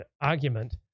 argument